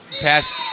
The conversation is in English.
Pass